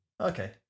Okay